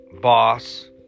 boss